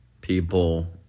people